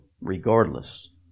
regardless